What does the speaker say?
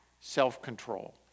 self-control